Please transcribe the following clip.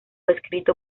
escrito